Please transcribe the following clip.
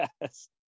yes